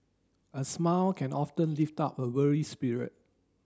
a smile can often lift up a weary spirit